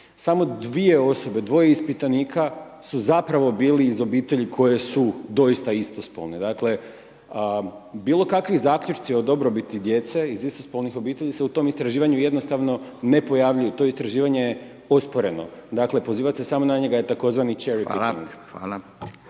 samo 2 osobe, dvoje ispitanika su zapravo bili iz obitelji koje su doista istospolne. Dakle, bilo kakvi zaključci o dobrobiti djece iz istospolnih obitelji se u tom istraživanju jednostavno ne pojavljuju, to istraživanje je osporeno. Dakle pozivati se samo na njega je tzv. cherry picking. **Radin,